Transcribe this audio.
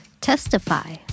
Testify